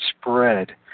spread